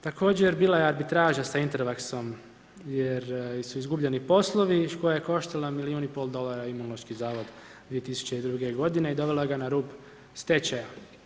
Također bila je arbitraža sa Intervaksom jer su izgubljeni poslovi, koja je koštala milijun i pol dolara Imunološki zavod 2002. godine i dovela ga na rub stečaja.